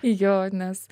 jo nes